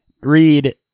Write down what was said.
Read